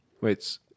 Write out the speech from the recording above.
Wait